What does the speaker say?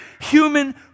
human